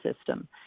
system